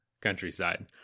countryside